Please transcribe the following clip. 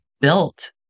built